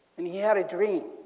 and he had a dream.